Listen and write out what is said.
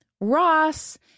Ross